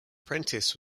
prentice